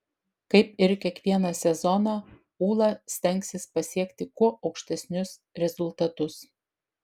kaip ir kiekvieną sezoną ūla stengsis pasiekti kuo aukštesnius rezultatus